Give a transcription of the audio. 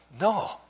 no